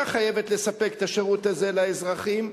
חייבת לספק את השירות הזה לאזרחים,